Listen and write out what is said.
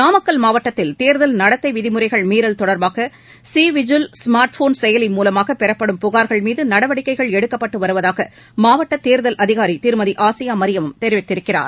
நாமக்கல் மாவட்டத்தில் தேர்தல் நடத்தை விதிமுறைகள் மீறல் தொடர்பாக சி விஜில் ஸ்மார்ட் போன் செயலி மூலமாக பெறப்படும் புனாகள் மீது நடவடிக்கைகள் எடுக்கப்பட்டு வருவதாக மாவட்ட தேர்தல் அதிகாரி திருமதி ஆசியா மரியம் தெரிவித்திருக்கிறார்